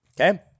Okay